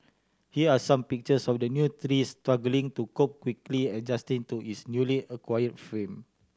here are some pictures of the new trees struggling to cope quickly adjusting to its newly acquire fame